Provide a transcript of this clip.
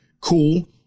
cool